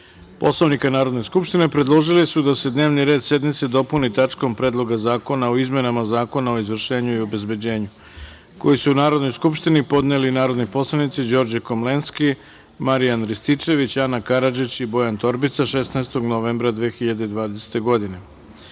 Poslovnika Narodne skupštine, predložili su da se dnevni red sednice dopuni tačkom – Predlog zakona o izmenama Zakona o izvršenju i obezbeđenju, koji su Narodnoj skupštini podneli narodni poslanici Đorđe Komlenski, Marijan Rističević, Ana Karadžić i Bojan Torbica, 16. novembra 2020. godine. Narodni